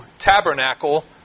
tabernacle